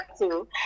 two